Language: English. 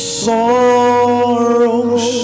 sorrows